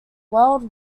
world